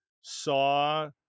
saw